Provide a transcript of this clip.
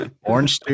Orange